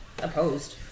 Opposed